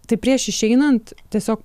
tai prieš išeinant tiesiog